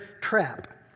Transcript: trap